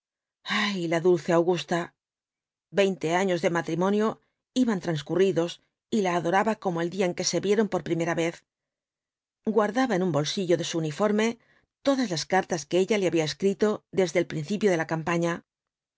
ay la dulce augusta veinte años de matrimonio iban transcurridos y la adoraba como el día en que se vieron por primera vez guardaba en un bolsillo de su uniforme todas las cartas que ella le había escrito desde el principio de la campaña